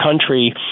country